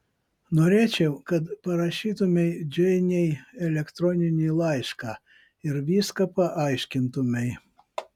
norėčiau kad parašytumei džeinei elektroninį laišką ir viską paaiškintumei